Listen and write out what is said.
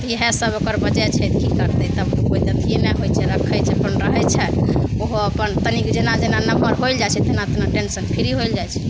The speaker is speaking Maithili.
तऽ इएहसब ओकर वजह छै कि करतै तब अथिए ने होइ छै रहै छै ओहो अपन तनिक जेना जेना नमहर होल जाइ छै तेना तेना टेन्शन फ्री होल जाइ छै